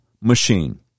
machine